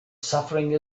suffering